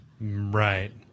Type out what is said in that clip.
Right